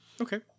Okay